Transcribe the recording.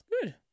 Good